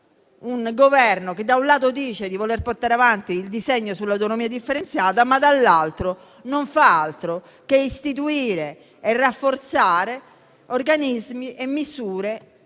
un Governo che da un lato dice di voler portare avanti il disegno sull'autonomia differenziata, dall'altro non fa altro che istituire e rafforzare organismi, misure